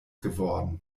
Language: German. geworden